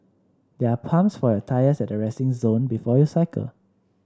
there are pumps for your tyres at the resting zone before you cycle